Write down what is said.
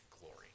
glory